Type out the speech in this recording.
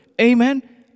Amen